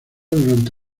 durante